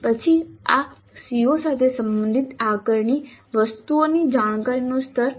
પછી આ CO સાથે સંબંધિત આકારણી વસ્તુઓની જાણકારીનું સ્તર